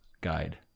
guide